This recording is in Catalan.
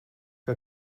que